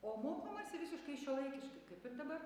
o mokomasi visiškai šiuolaikiškai kaip ir dabar